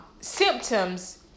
symptoms